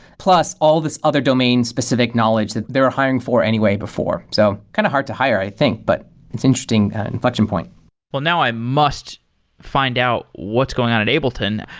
plus all this other domain-specific knowledge that they're hiring for anyway before. so kind of hard to hire, i think, but it's interesting inflection point well, now i must find out what's going on at ableton.